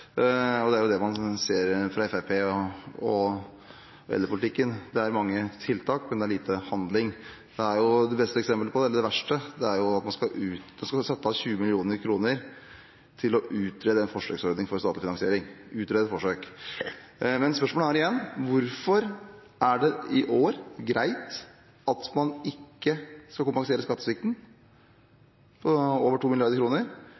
Det er dette man ser fra Fremskrittspartiet i eldrepolitikken – det er mange tiltak, men lite handling. Det beste – eller det verste – eksempelet på det er at man nå skal sette av 20 mill. kr til å utrede en forsøksordning for statlig finansiering – utrede forsøk. Spørsmålet er igjen: Hvorfor er det i år greit at man ikke skal kompensere skattesvikten på over